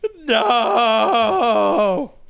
no